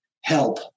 help